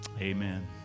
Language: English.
Amen